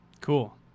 Cool